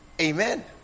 Amen